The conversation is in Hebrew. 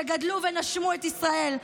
שגדלו ונשמו את ישראל,